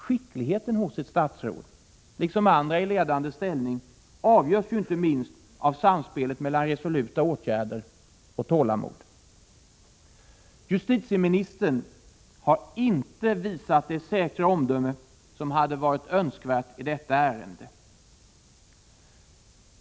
Skickligheten hos ett statsråd — liksom hos andra i ledande ställning — avgörs ju inte minst av samspelet mellan resoluta åtgärder och tålamod. Justitieministern har inte visat det säkra omdöme som hade varit önskvärt i detta ärende.